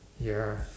ya